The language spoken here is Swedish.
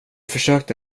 försökte